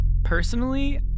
Personally